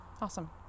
Awesome